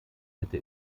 hätte